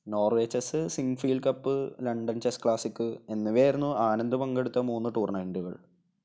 Norway chess Sinquefield cup London chess classic എന്നിവയായിരുന്നു ആനന്ദ് പങ്കെടുത്ത മൂന്ന് ടൂർണമെൻറ്റുകൾ